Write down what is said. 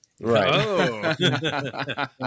Right